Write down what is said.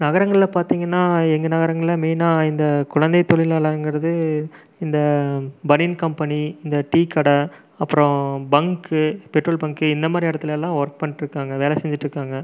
நகரங்களில் பார்த்தீங்கன்னா எங்கள் நகரங்களில் மெயினாக இந்த குழந்தை தொழிலாளர்ங்கிறது இந்த பனியன் கம்பெனி இந்த டீக்கடை அப்பறம் பங்க்கு பெட்ரோல் பங்க்கு இந்தமாதிரி இடத்துலலாம் ஒர்க் பண்ணிகிட்ருக்காங்க வேலை செஞ்சிகிட்ருக்காங்க